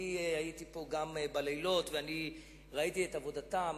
הייתי פה גם בלילות וראיתי את עבודתם.